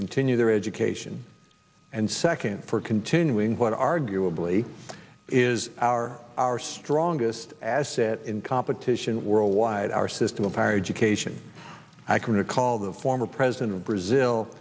continue their education and second for continuing what arguably is our our strongest asset in competition worldwide our system of higher education i can recall the former president of brazil